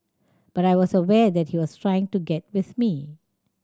but I was aware that he was trying to get with me